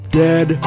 dead